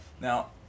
Now